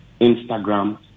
Instagram